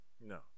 No